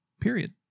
period